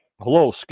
Hello